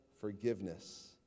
forgiveness